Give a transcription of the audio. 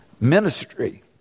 ministry